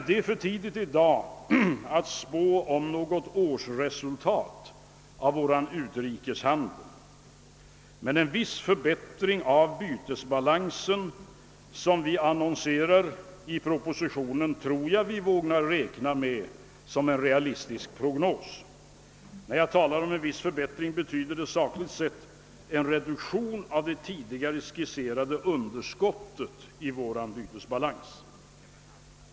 Det är i dag för tidigt att spå något om årsresultatet av vår utrikeshandel, men en viss förbättring av bytesbalansen, såsom annonseras i propositionen, tror jag vi vågar räkna med som en realistisk prognos. När jag talar om »en viss förbättring» betyder det sakligt sett en reduktion av det tidigare skisserade underskottet i vår bytesbalans.